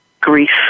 grief